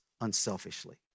unselfishly